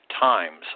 times